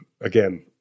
again